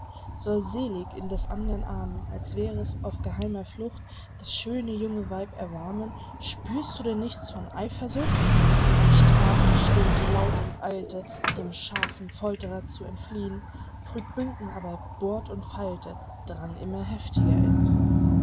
soll selig in des andern armen als wär es auf geheimer flucht das schöne junge weib erwarmen spürst du denn nichts von eifersucht van straten stöhnte laut und eilte dem scharfen foltrer zu entfliehn früd buncken aber bohrt und feilte drang immer heftiger in ihn